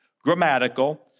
grammatical